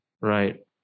Right